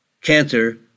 cancer